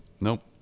Nope